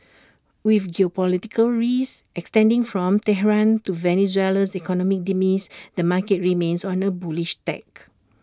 with geopolitical risk extending from Tehran to Venezuela's economic demise the market remains on A bullish tack